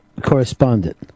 correspondent